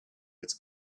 its